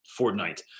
Fortnite